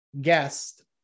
guest